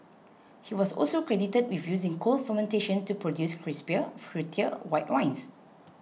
he was also credited with using cold fermentation to produce crisper fruitier white wines